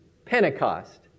pentecost